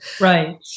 Right